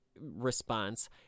response